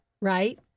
Right